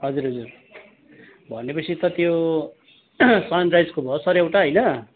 हजुर हजुर भनेपछि त त्यो सनराइजको भयो सर एउटा होइन